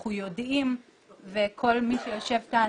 אנחנו יודעים וכל מי שיושב כאן,